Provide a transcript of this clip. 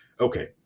okay